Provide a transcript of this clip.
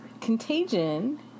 Contagion